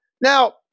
Now